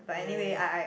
meh